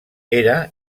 era